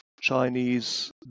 Chinese